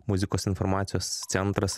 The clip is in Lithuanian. muzikos informacijos centras